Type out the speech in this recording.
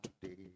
today